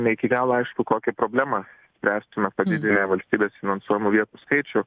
ne iki galo aišku kokį problemą spręstume padidinę valstybės finansuojamų vietų skaičių